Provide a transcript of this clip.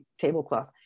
tablecloth